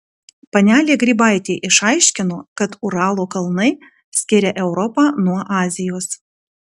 panelė grybaitė išaiškino kad uralo kalnai skiria europą nuo azijos